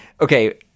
Okay